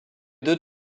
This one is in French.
deux